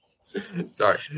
Sorry